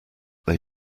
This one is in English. they